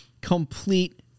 Complete